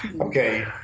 okay